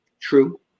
true